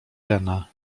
rena